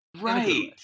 Right